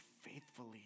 faithfully